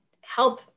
help